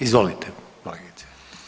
Izvolite kolegice.